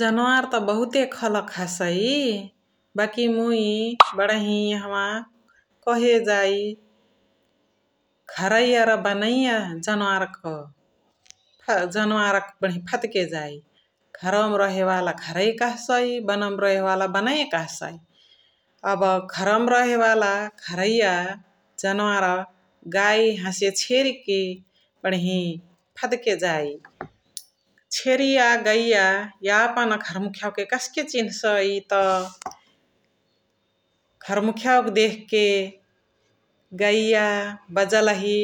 जनावर त बहुते खलक हसै बकी मुइ बडही याहावा कहे जाइ घरैया र बनैया जनावर क जनावर क बडही फदके जाई । घरौमा रहेवाला घरैया कहसै, बनौमा रहेवाला बनैया कहसै । अब घरौमा रहेवाला घरैया जनावर गाई हसे छेरी कि बडही फदके जाई । छेरिया, गैया यापन घर मुखियावा के कस्के चिन्सै त । घर मुखियावा के देख्के गैया बजलहि,